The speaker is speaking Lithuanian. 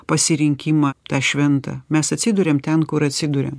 pasirinkimą tą šventą mes atsiduriam ten kur atsiduriam